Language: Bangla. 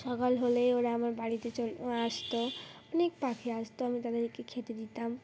সকাল হলেই ওরা আমার বাড়িতে চল আসতো অনেক পাখি আসতো আমি তাদেরকে খেতে দিতাম